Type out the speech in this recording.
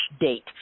date